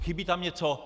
Chybí tam něco?